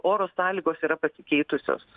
oro sąlygos yra pasikeitusios